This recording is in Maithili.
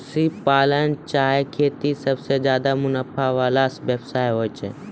सिप पालन चाहे खेती सबसें ज्यादे मुनाफा वला व्यवसाय होय छै